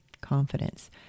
confidence